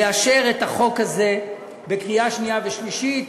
לאשר את החוק הזה בקריאה שנייה ושלישית.